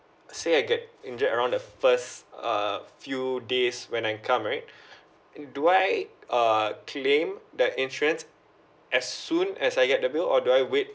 say I get injured around the first uh few days when I come right do I err claim the insurance as soon as I get the bill or do I wait